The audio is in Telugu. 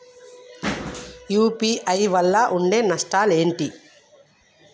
యూ.పీ.ఐ వల్ల ఉండే నష్టాలు ఏంటి??